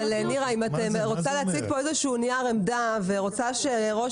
אם את רוצה להציג פה איזשהו נייר עמדה ורוצה שראש